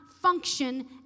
function